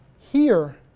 here